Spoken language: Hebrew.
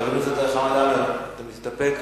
חבר הכנסת חמד עמאר, אתה מסתפק?